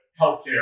healthcare